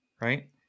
right